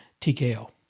TKO